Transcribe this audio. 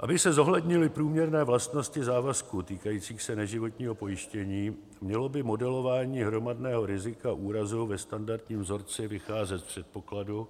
Aby se zohlednily průměrné vlastnosti závazků týkajících se neživotního pojištění, mělo by modelování hromadného rizika úrazů ve standardním vzorci vycházet z předpokladu,